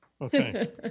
Okay